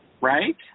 Right